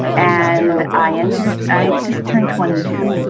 and i entered i just turned twenty two.